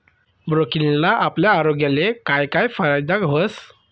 ब्रोकोलीना आपला आरोग्यले काय काय फायदा व्हस